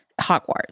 Hogwarts